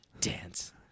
dance